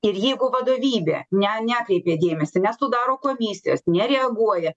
ir jeigu vadovybė ne nekreipia dėmesį nesudaro komisijos nereaguoja